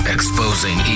Exposing